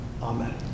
Amen